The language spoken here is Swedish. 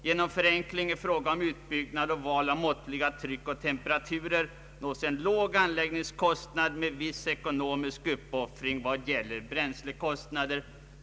Genom förenkling i fråga om utbyggnad och val av måttliga tryck och temperaturer nås en låg anläggningskostnad med viss ekonomisk uppoffring vad gäller bränslekostnader.